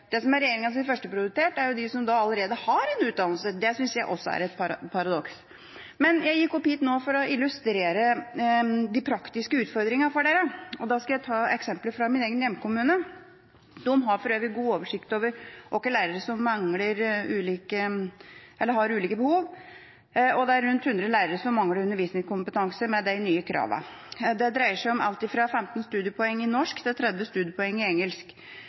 Det som er regjeringas førsteprioritet, er de som allerede har en utdannelse. Det synes jeg også er et paradoks. Jeg gikk opp på talerstolen nå for å illustrere de praktiske utfordringene for dere, og da vil jeg ta noen eksempler fra min egen hjemkommune. De har for øvrig god oversikt over hvilke lærere som har ulike behov, og det er rundt 100 lærere som mangler undervisningskompetanse med de nye kravene. Det dreier seg om alt fra 15 studiepoeng i norsk til 30 studiepoeng i engelsk.